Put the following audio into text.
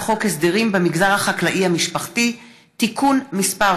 חוק הסדרים במגזר החקלאי המשפחתי (תיקון מס'